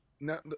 Now